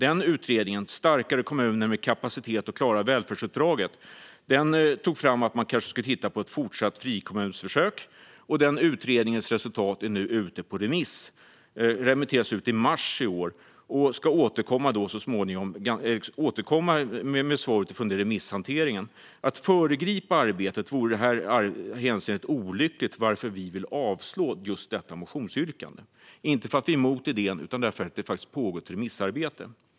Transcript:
I betänkandet Starkare kommuner - med kapacitet att klara välfärdsuppdraget kom utredningen fram till att man kanske skulle titta på ett fortsatt frikommunsförsök. Utredningsresultatet är nu ute på remiss. Det remitterades i mars i år, och man ska så småningom återkomma med svar utifrån remisshanteringen. Att föregripa arbetet i detta hänseende vore olyckligt, varför vi vill att motionsyrkandet ska avslås. Det är inte för att vi är emot idén utan för att ett remissarbete pågår.